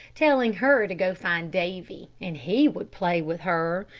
telling her to go find davy, and he would play with her.